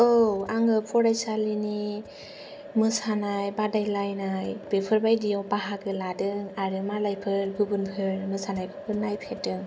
औ आङो फरायसालिनि मोसानाय बादायलायनाय बेफोरबादियाव बाहागो लादों आरो मालायफोर गुबुनफोर मोसानायखौबो नायफेरदों